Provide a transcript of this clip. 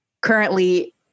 currently